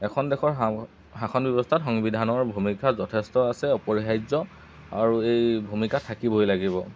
এখন দেশৰ শাসন ব্যৱস্থাত সংবিধানৰ ভূমিকা যথেষ্ট আছে অপৰিহাৰ্য আৰু এই ভূমিকা থাকিবই লাগিব